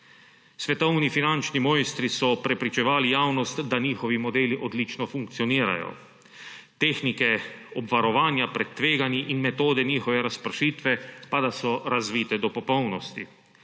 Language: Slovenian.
Svetovni finančni mojstri so prepričevali javnost, da njihovi modeli odlično funkcionirajo, tehnike obvarovanja pred tveganji in metode njihove razpršitve pa da so razvite do popolnosti.